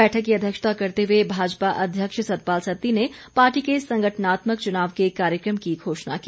बैठक की अध्यक्षता करते हुए भाजपा अध्यक्ष सतपाल सत्ती ने पार्टी के संगठनात्मक चुनाव के कार्यक्रम की घोषणा की